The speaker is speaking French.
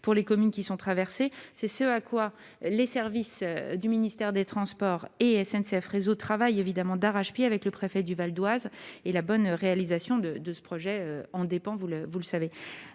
pour les communes traversées. C'est ce à quoi les services du ministère chargé des transports et SNCF Réseau travaillent évidemment d'arrache-pied avec le préfet du Val-d'Oise. Vous savez que la bonne réalisation du projet en dépend. Nous souhaitons